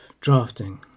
drafting